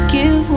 Give